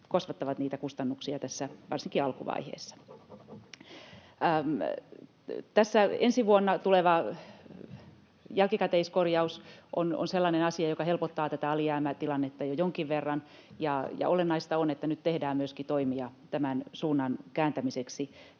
kasvattavat niitä kustannuksia varsinkin alkuvaiheessa. Ensi vuonna tuleva jälkikäteiskorjaus on sellainen asia, joka helpottaa tätä alijäämätilannetta jo jonkin verran. Olennaista on, että nyt tehdään myöskin toimia tämän suunnan kääntämiseksi,